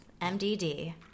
MDD